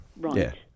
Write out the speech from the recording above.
Right